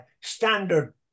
Standard